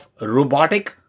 robotic